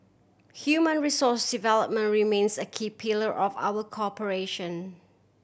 human resource development remains a key pillar of our cooperation